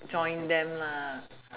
join them